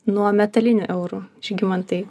nuo metalinių eurų žygimantai